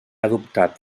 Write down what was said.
adoptat